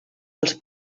als